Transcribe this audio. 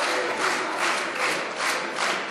זה רק לחודשיים.